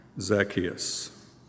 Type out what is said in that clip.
Zacchaeus